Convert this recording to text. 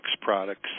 products